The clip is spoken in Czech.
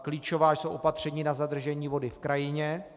Klíčová jsou opatření na zadržení vody v krajině.